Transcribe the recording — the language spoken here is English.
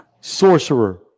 sorcerer